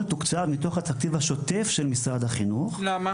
תוקצב מתוך התקציב השוטף של משרד החינוך --- למה?